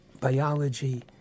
biology